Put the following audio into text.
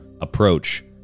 approach